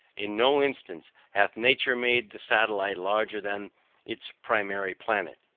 in no instance hath nature made the satellite larger than its primary planet,